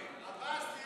תרופה.